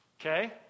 okay